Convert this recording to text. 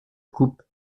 coupe